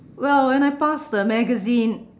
well when I pass the magazine